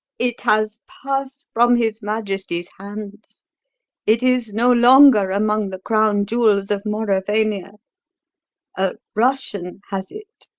it has passed from his majesty's hands it is no longer among the crown jewels of mauravania a russian has it.